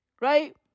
Right